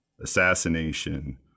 assassination